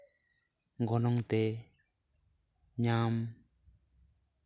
ᱜᱚᱱᱚᱝᱛᱮ ᱧᱟᱢ